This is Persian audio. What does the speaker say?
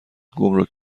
گمرگ